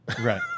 Right